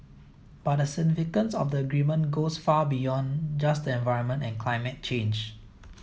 but the significance of the agreement goes far beyond just the environment and climate change